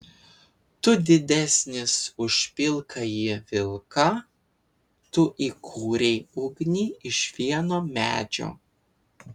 tu didesnis už pilkąjį vilką tu įkūrei ugnį iš vieno medžio